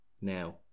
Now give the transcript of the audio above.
now